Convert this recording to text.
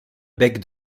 bec